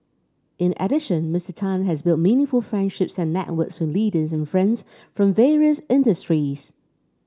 in addition Mister Tan has built meaningful friendships and networks with leaders and friends from various industries